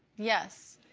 yes.